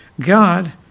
God